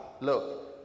Look